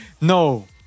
No